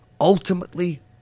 Ultimately